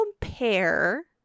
compare